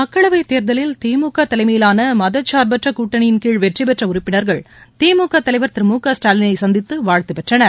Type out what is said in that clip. மக்களவைத் தேர்தலில் திமுக தலைமையிலான மதசார்பற்ற கூட்டணியின் கீழ் வெற்றி பெற்ற உறுப்பினர்கள் திமுக தலைவர் திரு மு க ஸ்டாலினை சந்தித்து வாழ்த்து பெற்றனர்